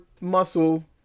muscle